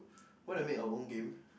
wanna make our own game